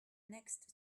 next